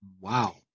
Wow